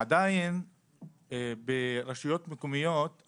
עדיין ברשויות מקומיות,